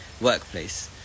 workplace